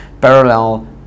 parallel